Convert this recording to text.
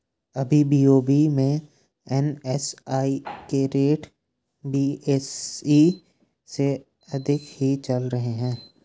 अभी बी.ओ.बी में एन.एस.ई के रेट बी.एस.ई से अधिक ही चल रहे हैं